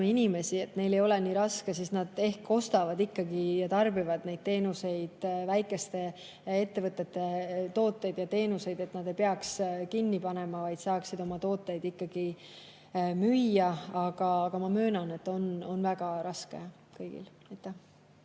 inimesi, et neil ei oleks nii raske, siis nad ehk ostavad ja tarbivad ikkagi väikeste ettevõtete tooteid ja teenuseid, et need ei peaks ennast kinni panema, vaid saaksid oma tooteid müüa. Aga ma möönan, et väga raske on kõigil. Alar